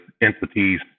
entities